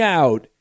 out